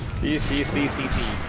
the cd cd